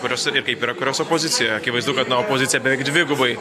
kurios kaip ir kurios opozicija akivaizdu kad opozicija beveik dvigubai